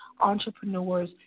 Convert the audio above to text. entrepreneurs